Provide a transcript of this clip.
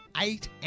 eight